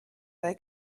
they